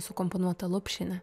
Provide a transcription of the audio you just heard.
sukomponuotą lopšinę